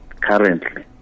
currently